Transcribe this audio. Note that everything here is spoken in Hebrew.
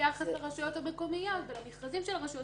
ביחס לרשויות המקומיות ולמשרדים של הרשויות